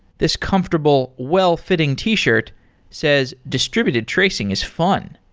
this comfortable, well-fitting t-shirt says, distributed tracing is fun,